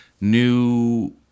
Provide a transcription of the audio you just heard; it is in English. new